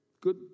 Good